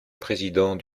président